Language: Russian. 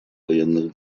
военных